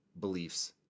beliefs